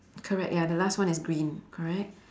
correct ya the last one is green correct